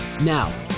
Now